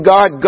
God